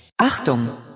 Achtung